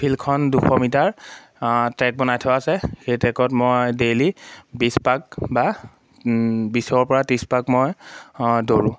ফিল্ডখন দুশ metre track বনাই থোৱা আছে সেই ট্ৰেকত মই ডেইলি বিছ পাক বা বিছৰ পৰা ত্ৰিছ পাক মই দৌৰোঁ